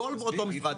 הכל באותו מפרט.